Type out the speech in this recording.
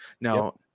Now